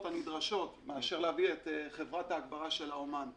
הנדרשות מאשר להביא את חברת ההגברה של האומן,